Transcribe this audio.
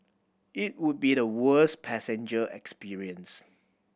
it would be the worst passenger experience